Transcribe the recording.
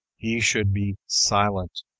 he should be silent.